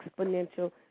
exponential